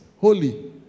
holy